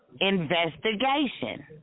investigation